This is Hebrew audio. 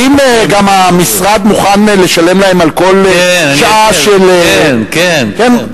האם המשרד מוכן לשלם להם על כל שעה של, כן, כן.